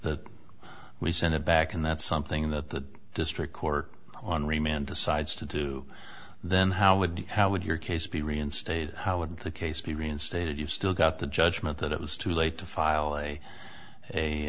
that we send it back and that's something that the district court on remand decides to do then how would how would your case be reinstated how would the case be reinstated you still got the judgment that it was too late to file a a